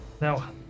now